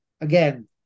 Again